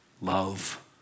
love